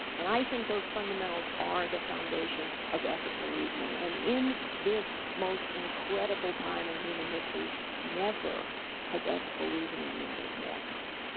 and i think those fundamentals are the foundation of ethical reasoning and in this most incredible time in human history never has ethical reasoning mattered more.